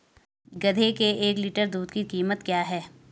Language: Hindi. गधे के एक लीटर दूध की कीमत क्या है?